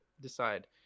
decide